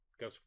Go